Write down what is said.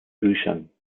büchern